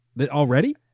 already